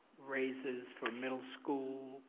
raises for middle school?